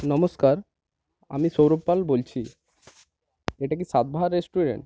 নমস্কার আমি সৌরভ পাল বলছি এটা কি স্বাদবাহার রেসটুরেন্ট